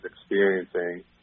experiencing